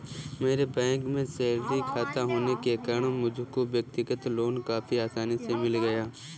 मेरा बैंक में सैलरी खाता होने के कारण मुझको व्यक्तिगत लोन काफी आसानी से मिल गया